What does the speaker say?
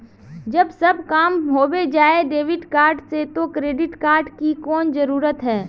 जब सब काम होबे जाय है डेबिट कार्ड से तो क्रेडिट कार्ड की कोन जरूरत है?